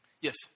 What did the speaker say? yes